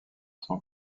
son